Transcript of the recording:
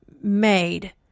made